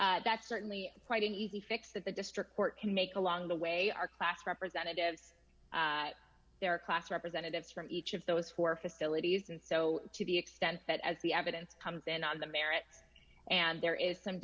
treatments that's certainly quite an easy fix that the district court can make along the way our class representatives there are class representatives from each of those who are facilities and so to the extent that as the evidence comes in on the merits and there is some